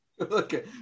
Okay